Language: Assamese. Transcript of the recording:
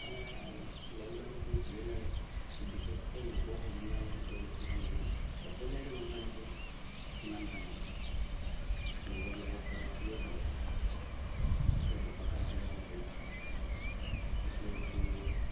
সেইকাৰণে লং জাৰ্ণিটো কৰি ভালেই লাগে বিশেষকৈ লগৰ সমনীয়াৰ লগত গৈ বেছি ভাল লাগে অকলশলীয়াকে লং জাৰ্ণি কৰি সিমান ভাল নালাগে লগৰ লগত গৈ খুবেই ভাল লাগে ইটোৱে সিটো কথা পাতি যাব পাৰি ইটোৱে সিটো